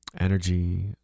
energy